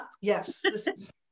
Yes